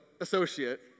associate